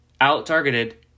out-targeted